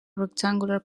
rectangular